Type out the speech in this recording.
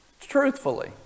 Truthfully